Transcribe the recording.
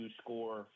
score